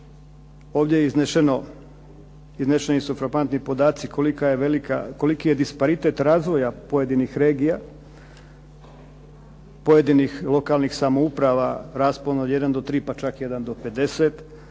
Ovdje je izneseno, izneseni su frapantni podaci kolika je velika koliki je disparitet razvoja pojedinih regija, pojedinih lokalnih samouprava raspona od 1 do 3, pa čak od 1 do 50,